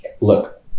look